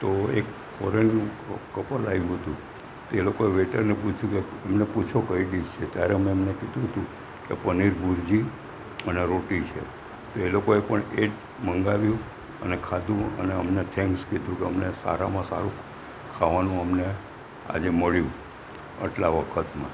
તો એક foreigner couple આવ્યું હતું તે લોકોએ વેઈટરને પૂછ્યું એમને કઈ ડીશ છે ત્યારે અમે એમને કીધું હતું પનીર ભૂરજી અને રોટલી છે એ લોકોએ પણ એ જ મંગાવ્યું અને ખાધું અમને થેન્ક્સ કીધું અમને સારામાં સારું ખાવાનું અમને આજે મળ્યું આટલા વખતમાં